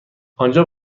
آنجا